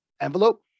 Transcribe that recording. envelope